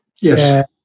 Yes